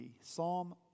psalm